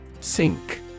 Sink